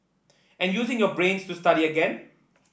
and using your brains to study again